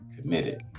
committed